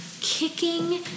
kicking